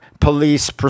police